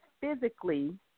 physically